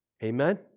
Amen